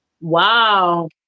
Wow